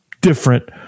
different